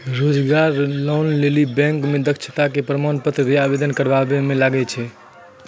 रोजगार लोन लेली बैंक मे दक्षता के प्रमाण पत्र भी आवेदन करबाबै मे लागै छै?